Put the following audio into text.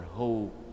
hope